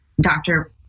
doctor